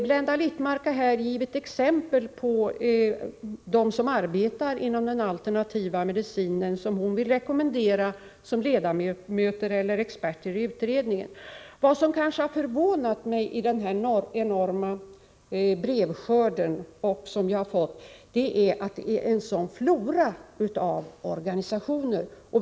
Blenda Littmarck har här gett exempel på dem som arbetar inom den alternativa medicinen och som hon vill rekommendera som ledamöter eller experter i utredningen. Vad som något har förvånat mig i samband med att jag har fått en sådan enorm brevskörd är att det finns en så rik flora av organisationer på detta område.